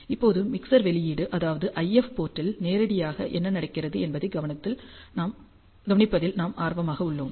இப்போது மிக்ஸர் வெளியீடு அதாவது IF போர்ட் ல் நேரடியாக என்ன நடக்கிறது என்பதைக் கவனிப்பதில் நாம் ஆர்வமாக உள்ளோம்